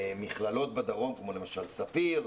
מכללות בדרום כמו למשל ספיר,